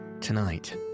Tonight